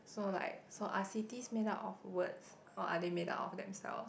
so like so are cities made up of words or are they made up of themselves